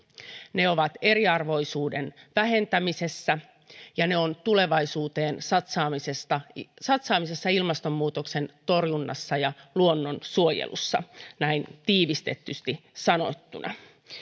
ne ovat eriarvoisuuden vähentämisessä ja ne ovat tulevaisuuteen satsaamisessa satsaamisessa ilmastonmuutoksen torjunnassa ja luonnonsuojelussa näin tiivistetysti sanottuna